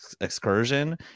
excursion